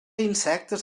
insectes